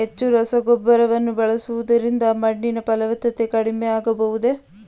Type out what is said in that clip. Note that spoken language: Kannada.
ಹೆಚ್ಚು ರಸಗೊಬ್ಬರವನ್ನು ಬಳಸುವುದರಿಂದ ಮಣ್ಣಿನ ಫಲವತ್ತತೆ ಕಡಿಮೆ ಆಗಬಹುದೇ?